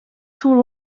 too